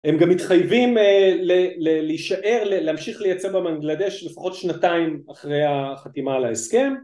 הם גם מתחייבים להישאר, להמשיך לייצא במנגלדש לפחות שנתיים אחרי החתימה על ההסכם